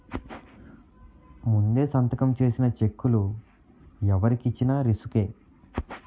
ముందే సంతకం చేసిన చెక్కులు ఎవరికి ఇచ్చిన రిసుకే